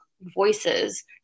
voices